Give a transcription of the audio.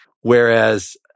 Whereas